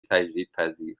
تجدیدپذیر